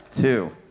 Two